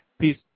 Peace